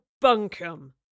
bunkum